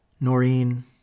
Noreen